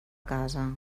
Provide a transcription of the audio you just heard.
casa